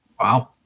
Wow